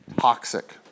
toxic